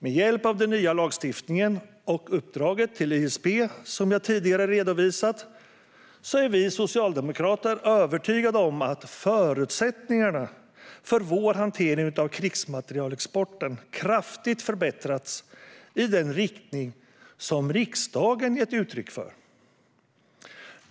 Med hjälp av den nya lagstiftningen och uppdraget till ISP, som jag tidigare redovisat, är vi socialdemokrater övertygade om att förutsättningarna för vår hantering av krigsmaterielexporten kraftigt förbättrats i den riktning som riksdagen gett uttryck för.